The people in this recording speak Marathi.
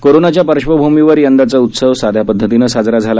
कोरोनाच्या पार्श्वभूमीवर यंदाचा उत्सव साध्या पदधतीने साजरा झाला